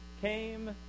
came